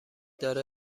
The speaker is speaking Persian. داره